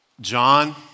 John